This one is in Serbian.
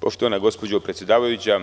Poštovana predsedavajuća,